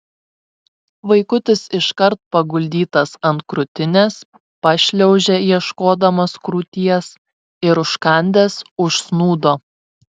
vaikutis iškart paguldytas ant krūtinės pašliaužė ieškodamas krūties ir užkandęs užsnūdo